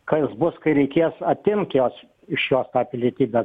kas bus kai reikės atimt jos iš jos tą pilietybę